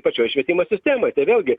pačioj švietimo sistemoj tai vėlgi